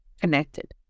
connected